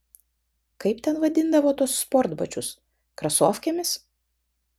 kaip ten vadindavo tuos sportbačius krasofkėmis